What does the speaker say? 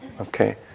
okay